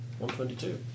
122